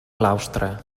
claustre